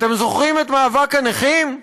אתם זוכרים את מאבק הנכים?